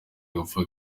gupfa